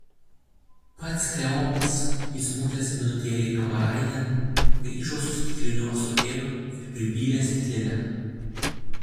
pats kleopas įsmukęs minutėlei kamaraitėn grįžo su stikliniu ąsotėliu ir pripylė stiklinę